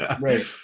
right